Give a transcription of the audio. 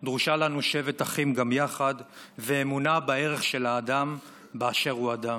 דרושה לנו שבת אחים גם יחד ואמונה בערך של האדם באשר הוא אדם.